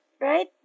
right